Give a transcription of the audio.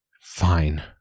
Fine